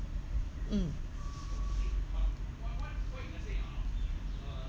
mm